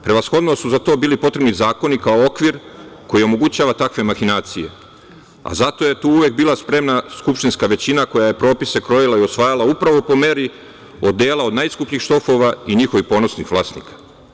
Prevashodno su za to bili potrebni zakoni kao okvir koji omogućava takve mahinacije, a zato je tu uvek bila spremna skupštinska većina koja je propise krojila i usvajala upravo po meri, odela od najskupljih štofova i njihovih ponosnih vlasnika.